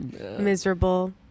Miserable